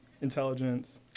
Intelligence